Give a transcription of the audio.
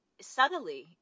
subtly